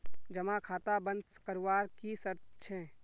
जमा खाता बन करवार की शर्त छे?